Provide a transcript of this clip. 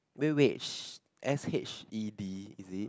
wait wait S H E D is it